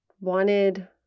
wanted